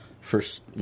first